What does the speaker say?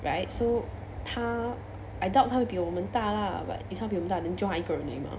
right so 他 I doubt 他会比我们大 lah but if 他比我们大 then 就他一个人而已 mah